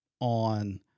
on